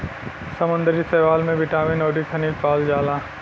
समुंदरी शैवाल में बिटामिन अउरी खनिज पावल जाला